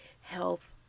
health